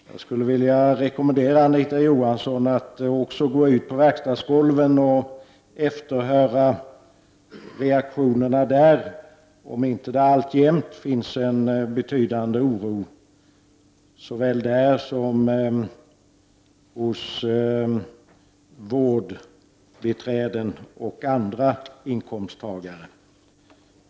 Jag skulle vilja rekommendera Anita Johansson att också gå ut på verkstadsgolvet och efterhöra reaktionerna där, alltså om det inte alltjämt finns en betydande oro såväl där som hos vårdbiträden och andra inkomsttagare.